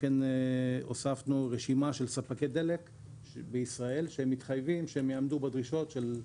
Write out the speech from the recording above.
הוספנו רשימה של ספקי דלק בישראל שמתחייבים שיעמדו בדרישות שכתובות.